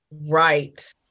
Right